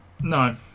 no